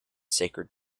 sacred